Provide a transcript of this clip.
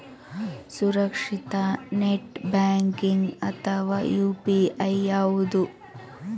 ಸುರಕ್ಷಿತ net banking ಅಥವಾ UPI ಯಾವುದು?